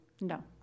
No